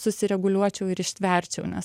susireguliuočiau ir ištverčiau nes